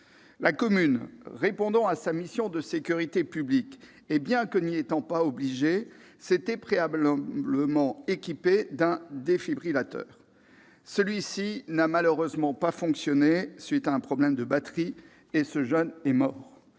La commune, répondant à sa mission de sécurité publique, et bien que n'y étant pas obligée, s'était préalablement équipée d'un défibrillateur. Celui-ci n'a malheureusement pas fonctionné en raison d'un problème de batterie et ce jeune est mort.